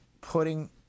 putting